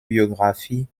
biographie